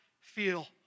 feel